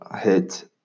hit